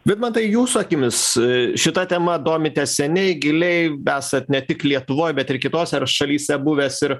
vidmantai jūsų akimis šita tema domitės seniai giliai esat ne tik lietuvoj bet ir kitose ar šalyse buvęs ir